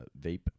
vape